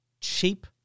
cheap